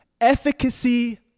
efficacy